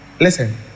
Listen